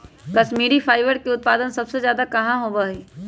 Kashmiri fibre के उत्पादन सबसे ज्यादा कहाँ होबा हई?